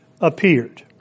appeared